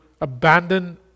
abandon